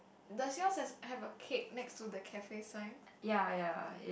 does yours has carrot cake next to the cafe sign